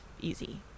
easy